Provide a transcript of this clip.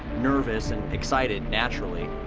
nervous and excited naturally,